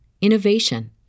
innovation